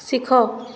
ଶିଖ